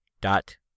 dot